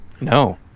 No